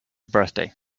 birthday